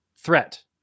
Threat